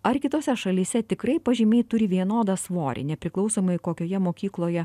ar kitose šalyse tikrai pažymiai turi vienodą svorį nepriklausomai kokioje mokykloje